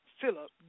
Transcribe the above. Philip